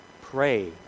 Pray